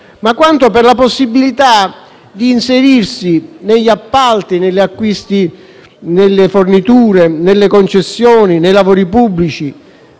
- quanto per la possibilità di inserirsi negli appalti, negli acquisti, nelle forniture, nelle concessioni, nei lavori pubblici,